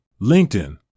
LinkedIn